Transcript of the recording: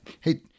Hey